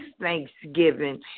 Thanksgiving